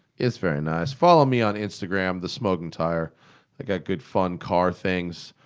it's very nice. follow me on instagram. thesmokingtire i got good, fun car things.